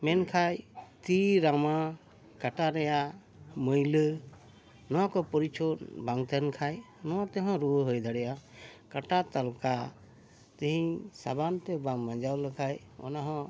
ᱢᱮᱱᱠᱷᱟᱱ ᱛᱤ ᱨᱟᱢᱟ ᱠᱟᱴᱟ ᱨᱮᱭᱟᱜ ᱢᱟᱹᱭᱞᱟᱹ ᱱᱚᱣᱟ ᱠᱚ ᱯᱚᱨᱤᱪᱷᱚᱱ ᱵᱟᱝ ᱛᱟᱦᱮᱱ ᱠᱷᱟᱱ ᱱᱚᱣᱟ ᱛᱮᱦᱚᱸ ᱨᱩᱣᱟᱹ ᱦᱩᱭ ᱫᱟᱲᱮᱭᱟᱜᱼᱟ ᱠᱟᱴᱟ ᱛᱟᱞᱠᱷᱟ ᱛᱮᱦᱮᱧ ᱥᱟᱵᱟᱱᱛᱮ ᱵᱟᱢ ᱢᱟᱸᱡᱟᱣ ᱞᱮᱠᱷᱟᱱ ᱚᱱᱟ ᱦᱚᱸ